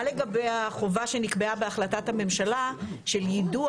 סעיף 32. מה לגבי החובה שנקבעה בהחלטת הממשלה של יידוע